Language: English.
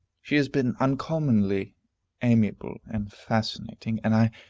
she has been uncommonly amiable and fascinating, and i